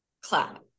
clap